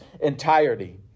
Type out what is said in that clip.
entirety